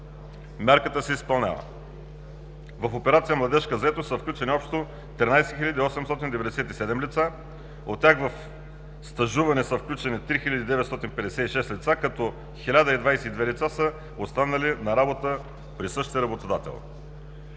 мярката се изпълнява. В операция „Младежка заетост“ са включени общо 13 897 лица. От тях в стажуване са включени 3 956 лица, като 1 022 лица са останали на работа при същия работодател.